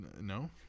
No